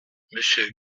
monsieur